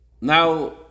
Now